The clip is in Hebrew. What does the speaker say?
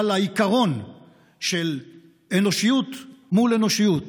אבל העיקרון של אנושיות מול אנושיות,